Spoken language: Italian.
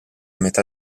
metà